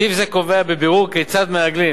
סעיף זה קובע בבירור כיצד מעגלים